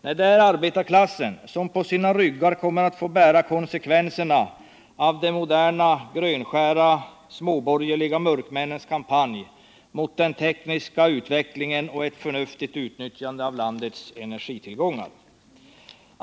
Nej, det är arbetarklassen som på sina ryggar kommer att få bära konsekvenserna av de moderna grön-skära småborgerliga mörkmännens kampanj mot den tekniska utvecklingen och ett förnuftigt utnyttjande av landets energitillgångar.